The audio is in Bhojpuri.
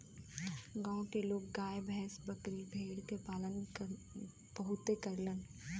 गांव के लोग गाय भैस, बकरी भेड़ के पालन बहुते करलन